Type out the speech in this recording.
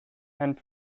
and